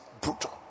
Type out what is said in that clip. brutal